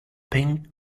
pink